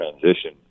transition